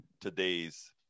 today's